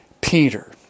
Peter